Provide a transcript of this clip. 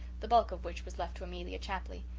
the bulk of which was left to amelia chapley.